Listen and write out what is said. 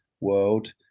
world